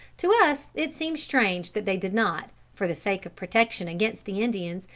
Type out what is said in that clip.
to us it seems strange that they did not, for the sake of protection against the indians,